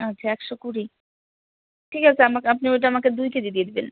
আচ্ছা একশো কুড়ি ঠিক আছে আমাকে আপনি ওইটা আমাকে দুই কেজি দিয়ে দিবেন